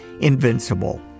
Invincible